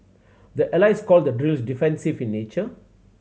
the allies call the drills defensive in nature